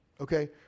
Okay